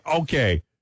okay